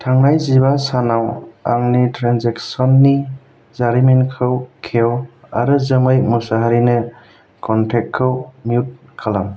थांनाय जिबा सानाव आंनि ट्रेन्जेकसननि जारिमिनखौ खेव आरो जोमै मुसाहारिनो कनटेक्टखौ मिउट खालाम